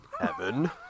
Evan